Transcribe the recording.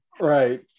right